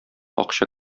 акча